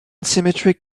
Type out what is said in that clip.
symmetric